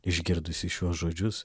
išgirdusi šiuos žodžius